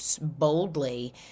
boldly